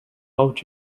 hold